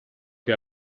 che